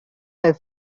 her